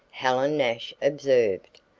helen nash observed.